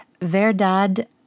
Verdad